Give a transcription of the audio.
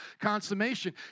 consummation